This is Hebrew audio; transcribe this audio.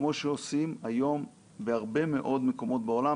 כמו שעושים היום בהרבה מאוד מקומות בעולם.